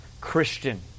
Christian